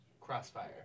Crossfire